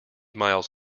miles